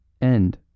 End